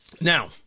Now